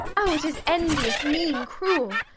oh! it is envious, mean, cruel.